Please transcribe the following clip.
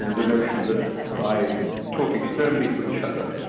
and the notion that by talking sternly to each other,